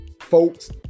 Folks